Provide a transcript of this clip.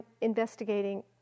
investigating